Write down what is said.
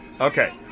okay